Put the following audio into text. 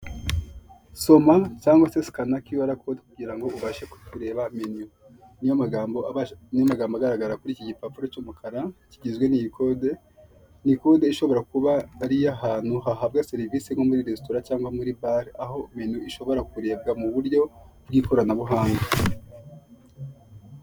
Soma cyangwa sikana kiwara kode ubashe kujya ureba menu niyomagambo agaragara kuri iki gipapuro cy'umukara kigizwe n'iyi kode. Ni kode ishobora kuba ari iy'ahantu hahabwa serivise nko muri resitora cyangwa muri bare aho menu ishobora kurebwa mu buryo bw'ikoranabuhanga.